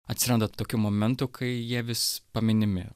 atsiranda tokių momentų kai jie vis paminimi